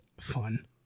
fun